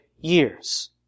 years